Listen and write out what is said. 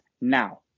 now